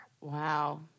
Wow